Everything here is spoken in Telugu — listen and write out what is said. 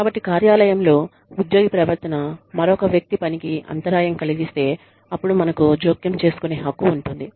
కాబట్టి కార్యాలయంలో ఉద్యోగి ప్రవర్తన మరొక వ్యక్తి పనికి అంతరాయం కలిగిస్తే అప్పుడు మనకు జోక్యం చేసుకునే హక్కు ఉంటుంది